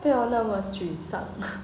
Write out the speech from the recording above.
不要那么沮丧